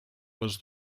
was